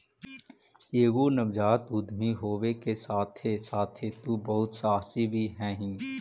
एगो नवजात उद्यमी होबे के साथे साथे तु बहुत सहासी भी हहिं